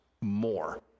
more